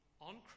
on